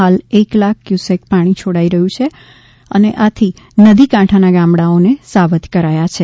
હાલ એક લાખ ક્યુસેક પાણી છોડાઈ રહ્યું હોવાથી નદી કાંઠાના ગામડાને સાવધ કરાયા છે